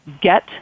Get